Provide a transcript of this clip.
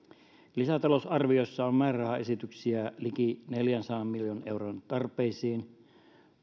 lisätalousarviossa on määrärahaesityksiä liki neljänsadan miljoonan euron tarpeisiin